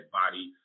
body